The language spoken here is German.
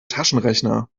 taschenrechner